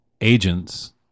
agents